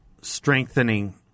strengthening